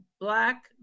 black